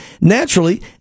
naturally